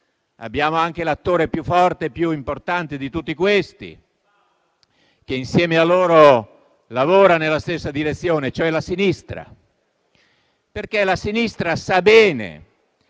abbiamo anche l'attore più forte e più importante di tutti questi, che insieme a loro lavora nella stessa direzione, cioè la sinistra. La sinistra sa bene